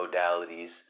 modalities